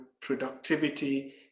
productivity